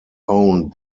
owned